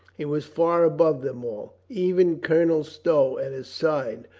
he was far above them all. even colonel stow at his side,